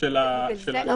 זה לא